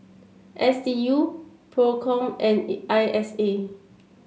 S D U Procom and I S A